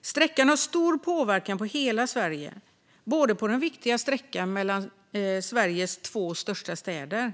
Sträckan har stor påverkan på hela Sverige, både på den viktiga sträckan mellan Sveriges två största städer